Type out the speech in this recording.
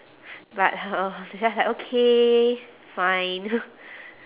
but just like okay fine